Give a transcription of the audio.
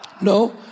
No